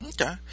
Okay